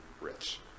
rich